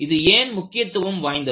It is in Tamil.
இது ஏன் முக்கியத்துவம் வாய்ந்தது